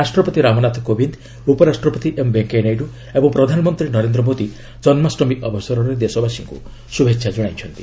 ରାଷ୍ଟ୍ରପତି ରାମନାଥ କୋବିନ୍ଦ ଉପରାଷ୍ଟ୍ରପତି ଏମ୍ ଭେଙ୍କିୟା ନାଇଡ଼ ଏବଂ ପ୍ରଧାନମନ୍ତ୍ରୀ ନରେନ୍ଦ୍ର ମୋଦି ଜନ୍ନାଷ୍ଟମୀ ଅବସରରେ ଦେଶବାସୀଙ୍କ ଶ୍ରଭେଚ୍ଛା ଜଣାଇଛନ୍ତି